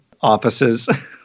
offices